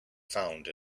found